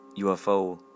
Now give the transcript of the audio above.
UFO